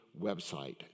website